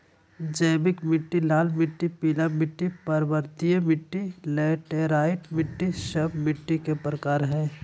जैविक मिट्टी, लाल मिट्टी, पीला मिट्टी, पर्वतीय मिट्टी, लैटेराइट मिट्टी, सब मिट्टी के प्रकार हइ